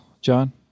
John